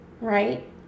right